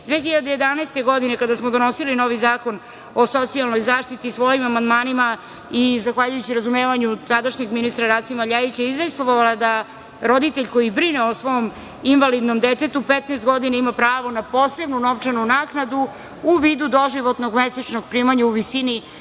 2011. godine, kada smo donosili novi Zakon o socijalnoj zaštiti, svojim amandmanima i zahvaljujući razumevanju tadašnjeg ministra Rasima Ljajića, izdejstvovala da roditelj koji brine o svom invalidnom detetu 15 godina ima pravo na posebnu novčanu naknadu u vidu doživotnog mesečnog primanja u visini